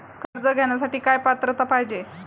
कर्ज घेण्यासाठी काय पात्रता पाहिजे?